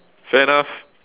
fair enough